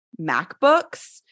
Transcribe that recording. MacBooks